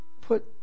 Put